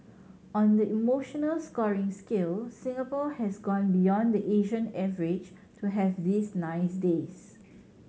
on the emotional scoring scale Singapore has gone beyond the Asian average to have these nice days